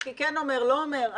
זה כן אומר, לא אומר.